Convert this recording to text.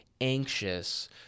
anxious